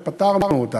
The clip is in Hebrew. אותה פתרנו.